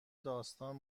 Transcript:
داستان